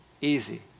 Easy